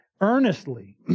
earnestly